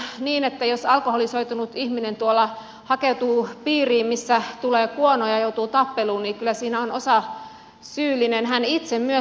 se nyt on niin että jos alkoholisoitunut ihminen hakeutuu piiriin missä tulee kuonoon ja joutuu tappeluun niin kyllä siinä on osasyyllinen hän itse myös